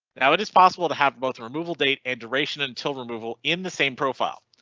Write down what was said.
now it is possible to have both removal date and duration until removal in the same profile.